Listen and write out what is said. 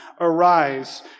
Arise